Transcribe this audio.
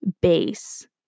base